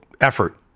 effort